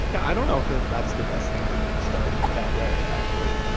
yeah i don't know if if that's the best thing to do to start that way actually.